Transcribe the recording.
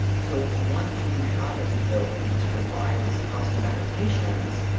so, once we have this ability to provide these custom annotations,